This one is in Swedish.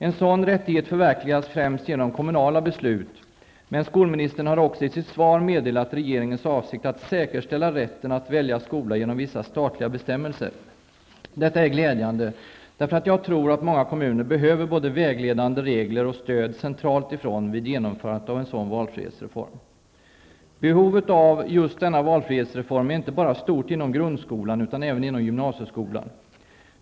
En sådan rättighet förverkligas främst genom kommunala beslut, men skolministern har också i sitt svar meddelat regeringens avsikt att säkerställa rätten att välja skola genom vissa statliga bestämmelser. Detta är glädjande, för jag tror att många kommuner behöver både vägledande regler och stöd från centralt håll vid genomförandet av en sådan valfrihetsreform. Behovet av just denna valfrihetsreform är stort inte bara inom grundskolan utan även inom gymnasieskolan.